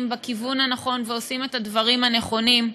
בכיוון הנכון ועושים את הדברים הנכונים.